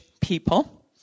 people